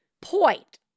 point